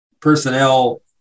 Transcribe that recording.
personnel